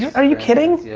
yeah are you kidding?